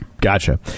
gotcha